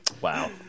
Wow